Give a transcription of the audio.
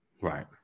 Right